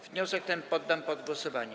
Wniosek ten poddam pod głosowanie.